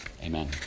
Amen